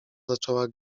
zaczęła